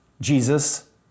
Jesus